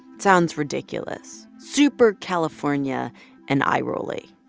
sounds ridiculous, super california and eye-rolly.